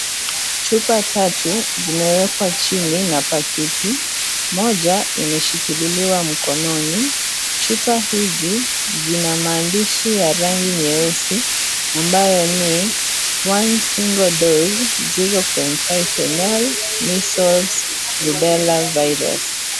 Chupa tatu zimewekwa chini na pakiti ,moja imeshikiliwa mkononi ,chupa hizi zina maandishi ya rangi nyeusi ambayo ni 1 single dose 0.5 mls, measles, rubella virus.